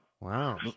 Wow